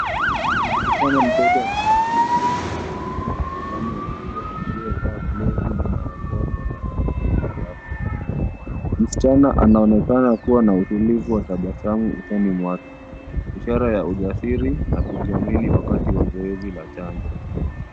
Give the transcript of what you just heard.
Msichana mdogo akipokea chanjo kutoka kwa mtaalam wa afya aliyevaa glovu na barakoa kwa tahafhari ya kiafya. Msichana anaonekana kuwa na utulivu na tabasamu usoni mwake, ishara ya ujasiri na kujiamini wakati wa zoezi la chanjo.